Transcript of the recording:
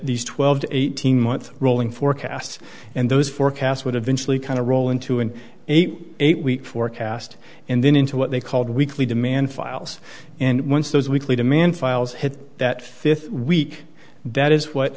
these twelve to eighteen month rolling forecasts and those forecasts would eventually kind of roll into an eight eight week forecast and then into what they called weekly demand files and once those weekly demand files hit that fifth week that is what